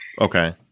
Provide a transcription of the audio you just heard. Okay